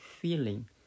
feeling